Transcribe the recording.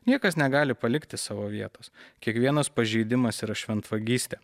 niekas negali palikti savo vietos kiekvienas pažeidimas yra šventvagystė